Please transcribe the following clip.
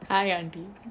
hi aunty